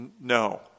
No